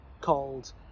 called